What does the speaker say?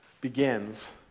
begins